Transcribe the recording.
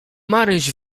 maryś